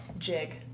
jig